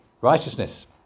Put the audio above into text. righteousness